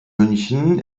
münchen